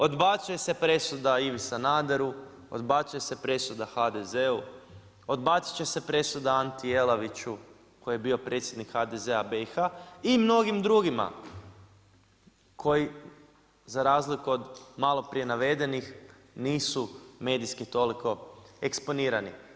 Odbacuje se presuda Ivi Sanaderu, odbacuje se presuda HDZ-u, odbaciti će se presuda Anti Jelaviću, koji je bio predsjednik HDZ-a BIH i mnogim drugima, koji za razliku od maloprije navedenih nisu medijski toliko eksponirani.